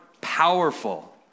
powerful